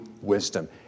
wisdom